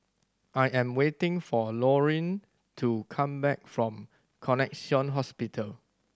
I am waiting for Lauryn to come back from Connexion Hospital